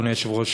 אדוני היושב-ראש,